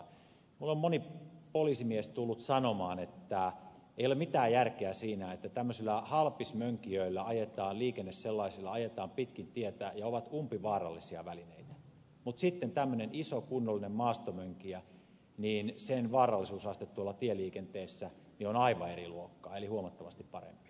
minulle on moni poliisimies tullut sanomaan että ei ole mitään järkeä siinä että tämmöisillä halpismönkijöillä liikenne sellaisilla ajetaan pitkin tietä ja ne ovat umpivaarallisia välineitä mutta sitten tämmöisen ison kunnollisen maastomönkijän vaarallisuusaste tuolla tieliikenteessä on aivan eri luokkaa eli huomattavasti parempi